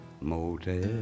motel